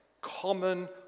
Common